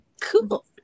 Cool